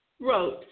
wrote